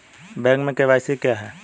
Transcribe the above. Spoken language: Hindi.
बैंक में के.वाई.सी क्या है?